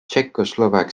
czechoslovak